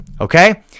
okay